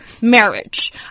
marriage